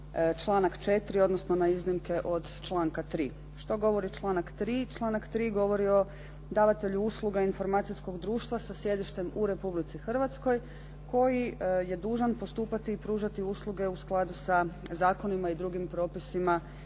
članak 4., odnosno na iznimke od članka 3. Što govori članak 3.? Članak 3. govori o davatelju usluga informacijskog društva sa sjedištem u Republici Hrvatskoj koji je dužan postupati i pružati usluge u skladu sa zakonima i drugim propisima Republike